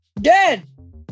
Dead